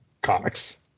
comics